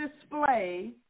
display